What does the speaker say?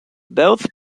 both